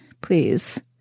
please